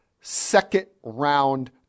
second-round